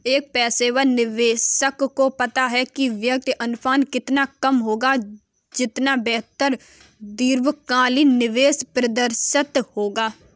एक पेशेवर निवेशक को पता है कि व्यय अनुपात जितना कम होगा, उतना बेहतर दीर्घकालिक निवेश प्रदर्शन होगा